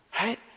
right